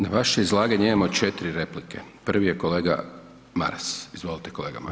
Na vaše izlaganje imamo 4 replike, prvi je kolega Maras, izvolite kolega Maras.